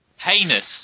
Heinous